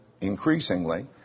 increasingly